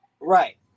Right